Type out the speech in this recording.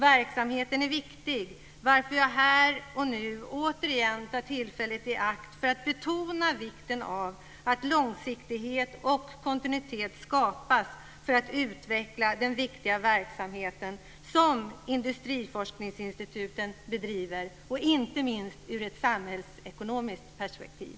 Verksamheten är viktig, varför jag här och nu återigen tar tillfället i akt att betona vikten av att långsiktighet och kontinuitet skapas för att utveckla den viktiga verksamheten som industriforskningsinstituten bedriver, inte minst ur ett samhällsekonomiskt perspektiv.